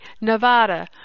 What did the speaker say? Nevada